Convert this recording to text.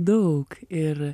daug ir